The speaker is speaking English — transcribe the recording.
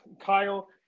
Kyle